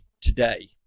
today